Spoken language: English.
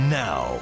now